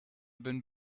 been